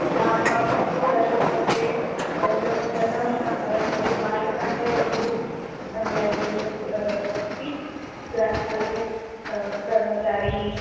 नाम सः सर्वे गृहं गतवन्तः सर्वे बालकाः एव खलु लैब्ररि मध्ये अस्ति ग्रन्थालये कर्मचारिः